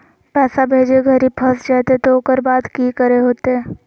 पैसा भेजे घरी फस जयते तो ओकर बाद की करे होते?